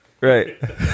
Right